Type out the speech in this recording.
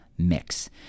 mix